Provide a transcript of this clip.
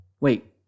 Wait